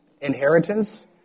inheritance